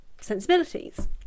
sensibilities